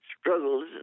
struggles